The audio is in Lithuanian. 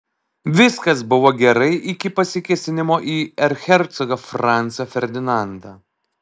viskas buvo gerai iki pasikėsinimo į erchercogą francą ferdinandą